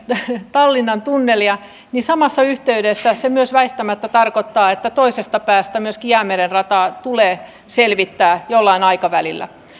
tallinnan tunnelin selvittämisestä niin samassa yhteydessä se myös väistämättä tarkoittaa että toisesta päästä myöskin jäämeren rataa tulee selvittää jollain aikavälillä